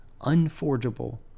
Unforgeable